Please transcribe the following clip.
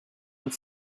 and